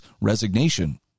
resignation